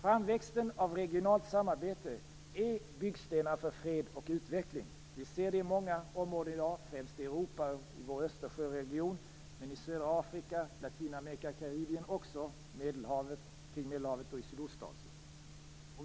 Framväxten av regionalt samarbete är byggstenar för fred och utveckling. Vi ser det i många områden i dag, främst i Europa, i vår egen Östersjöregion, i södra Afrika, i Latinamerika och Karibien, kring Medelhavet och i Sydostasien.